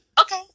Okay